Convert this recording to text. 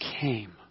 came